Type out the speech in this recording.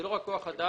זה לא רק כוח אדם.